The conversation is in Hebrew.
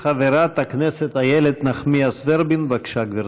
חברת הכנסת איילת נחמיאס ורבין, בבקשה, גברתי.